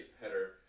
header